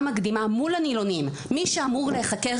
מקדימה מול ה --- מי שאמור להיחקר,